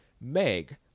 Meg